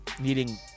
needing